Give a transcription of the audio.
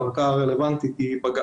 הערכאה הרלוונטית היא בג"ץ.